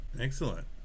Excellent